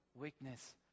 weakness